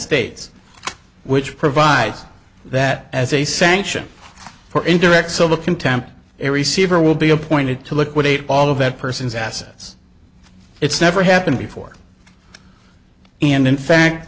states which provides that as a sanction for indirect civil contempt a receiver will be appointed to liquidate all of that person's assets it's never happened before and in fact